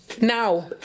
Now